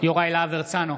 יוראי להב הרצנו,